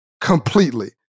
completely